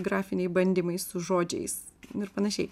grafiniai bandymai su žodžiais ir panašiai